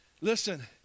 Listen